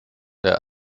der